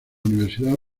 universidad